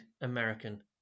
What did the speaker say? American